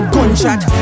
Gunshot